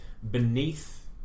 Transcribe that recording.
Beneath